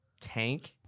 tank